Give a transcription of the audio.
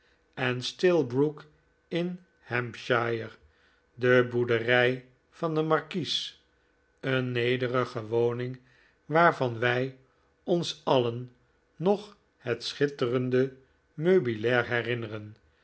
en stillbrook in hampshire de boerderij van den markies een nederige woning waarvan wij ons alien nog het schitterende meubilair herinneren